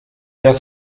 jak